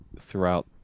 throughout